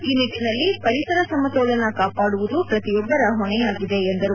ಈ ನಿಟ್ಟಿನಲ್ಲಿ ಪರಿಸರ ಸಮತೋಲನ ಕಾಪಾಡುವುದು ಪ್ರತಿಯೊಬ್ಬರ ಹೊಣೆಯಾಗಿದೆ ಎಂದರು